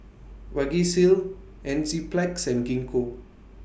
Vagisil Enzyplex and Gingko